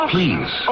Please